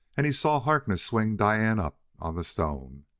and he saw harkness swing diane up on the stone,